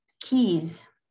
keys